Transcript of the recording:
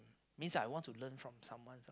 means I want to learn from someone ah